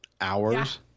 hours